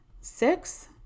six